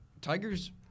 Tigers